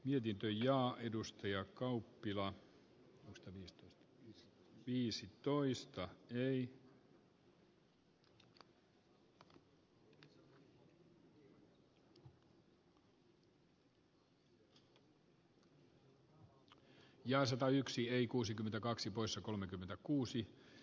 mietitty ja tässä suhdannetilanteessa välttämätön ja satayksi ei kuusikymmentäkaksi poissa kolmekymmentäkuusi